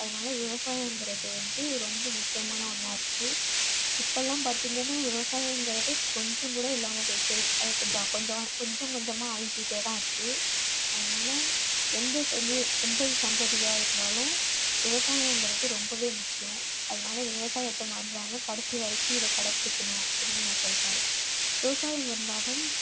அதனாலே விவசாயங்கிறது வந்து ரொம்ப முக்கியமான ஒன்றா இருக்குது இப்போல்லாம் பார்த்தீங்கன்னா விவசாயங்கிறது கொஞ்சம்கூட இல்லாமல் போயிட்டு அதை கொஞ்சம் கொஞ்சமாக கொஞ்சம் கொஞ்சமாக அழிஞ்சிக்கிட்டே தான் இருக்குது அதனாலே எந்த சந்ததி எந்த சந்ததியாக இருந்தாலும் விவசாயங்கிறது ரொம்பவே முக்கியம் அதனால விவசாயத்தை மறந்துடாமல் கடைசி வரைக்கும் இதை கடைப்பிடிக்கணும் அப்படின்னு நான் சொல்கிறேன் விவசாயம் இருந்தால் தாம்